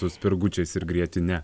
su spirgučiais ir grietine